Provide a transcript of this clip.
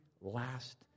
last